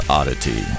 Oddity